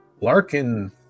Larkin